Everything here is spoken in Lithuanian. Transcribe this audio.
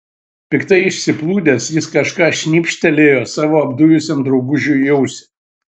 piktai išsiplūdęs jis kažką šnypštelėjo savo apdujusiam draugužiui į ausį